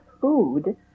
food